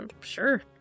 Sure